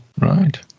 right